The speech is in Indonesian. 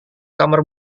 kamar